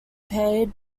paid